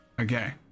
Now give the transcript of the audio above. Okay